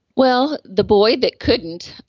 well, the boy that couldn't,